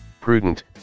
Prudent